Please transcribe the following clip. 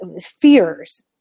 fears